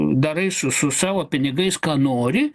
darai su su savo pinigais ką nori